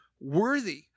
worthy